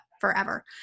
forever